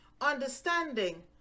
understanding